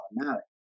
automatic